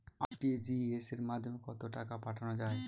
RTGS এর মাধ্যমে কত টাকা পাঠানো যায়?